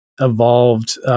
evolved